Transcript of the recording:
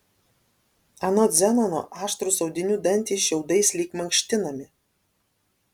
anot zenono aštrūs audinių dantys šiaudais lyg mankštinami